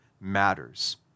matters